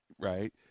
Right